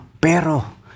Pero